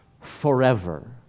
forever